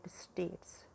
states